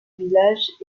village